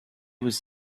was